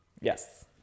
Yes